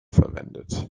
verwendet